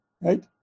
Right